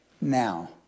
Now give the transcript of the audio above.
Now